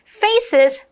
faces